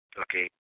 okay